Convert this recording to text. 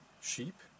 sheep